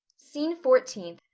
scene fourteenth.